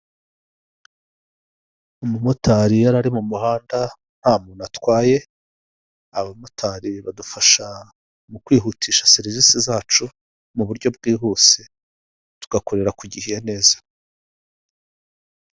Umumotari yari ari mu muhanda nta muntu atwaye. Abamotari badufasha mu kwihutisha serivisi zacu mu buryo bwihuse tugakorera kugi neza.